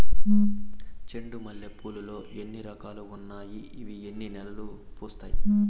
చెండు మల్లె పూలు లో ఎన్ని రకాలు ఉన్నాయి ఇవి ఎన్ని నెలలు పూస్తాయి